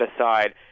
aside